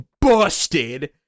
busted